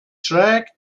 schräg